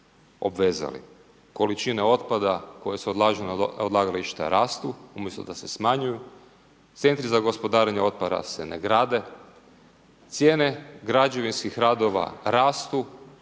obvezali. Količine otpada koje se odlažu na odlagališta rastu, umjesto da se smanjuju. Centri za gospodarenje otpada se ne grade, cijene građevinskih radova rastu,